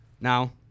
now